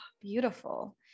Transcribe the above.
beautiful